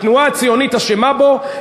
התנועה הציונית אשמה בו,